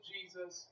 Jesus